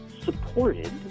supported